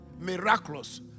miraculous